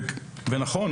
נכון,